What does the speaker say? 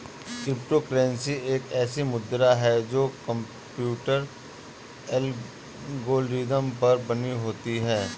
crypto currency एक ऐसी मुद्रा है जो कंप्यूटर एल्गोरिदम पर बनी होती है